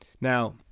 Now